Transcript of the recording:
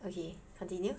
okay continue